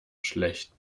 schlecht